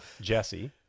Jesse